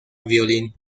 violín